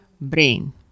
brain